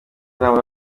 inama